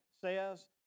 says